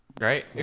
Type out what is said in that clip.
Right